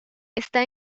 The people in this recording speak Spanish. está